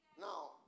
Now